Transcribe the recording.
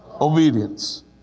obedience